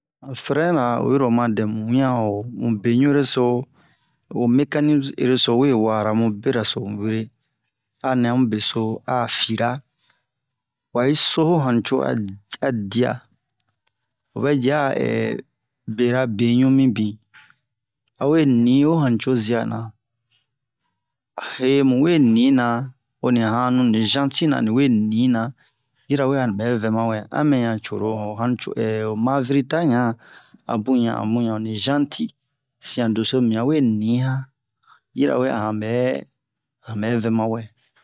Han frɛna oyi ro oma dɛmu mu wian a ho mu be ɲu'ere so ho'o mekanizmu ere so we wa'ara mu bera so were a nɛ amu beso a fira wa yi so'o hanuco ad a dia o vɛ ji a bera beɲu mibin a we ni ho hanuco zia na he mu we nina ho ni hanu ni zanti na ni we nina yirawe a ni bɛ vɛ ma wɛ a mɛ yan coro ho hanuco ho maviri ta ɲan a bun ɲa a mu ɲa o ni zanti sian doso mini a we ni han yirawe a han bɛ han bɛ vɛ ma wɛ